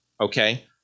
okay